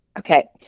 Okay